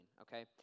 okay